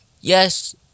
Yes